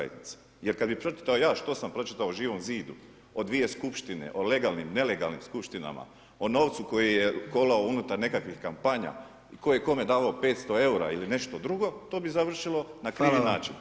Jer kada bih pročitao ja što sam pročitao o Živom zidu, o dvije skupštine, o legalnim, nelegalnim skupštinama, o novcu koji je kolao unutar nekakvih kampanja, tko je kome davao 500 eura ili nešto drugo, to bi završilo na krivi način.